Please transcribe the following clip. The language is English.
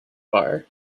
bar